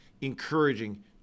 encouraging